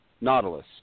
Nautilus